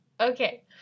Okay